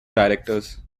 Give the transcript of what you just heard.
directors